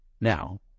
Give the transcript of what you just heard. now